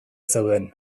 zeuden